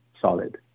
solid